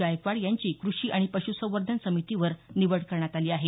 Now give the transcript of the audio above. गायकवाड यांची कृषी आणि पश्रसंवर्धन समितीवर निवड करण्यात आली आहे